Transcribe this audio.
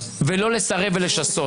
ולא לסרב ולשסות.